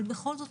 אבל בכל זאת,